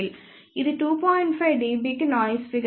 5 dB కి noise figure circle